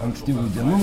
ankstyvų dienų